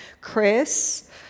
Chris